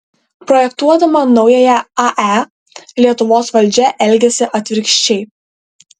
projektuodama naująją ae lietuvos valdžia elgiasi atvirkščiai